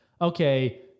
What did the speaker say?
okay